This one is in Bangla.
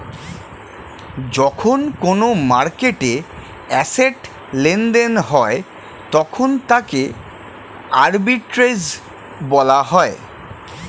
যখন কোনো মার্কেটে অ্যাসেট্ লেনদেন হয় তখন তাকে আর্বিট্রেজ বলা হয়